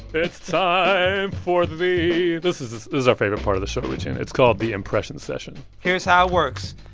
it's time ah for the this is this is our favorite part of the show routine. it's called the impression session here's how it works.